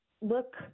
look